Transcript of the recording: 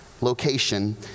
location